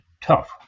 tough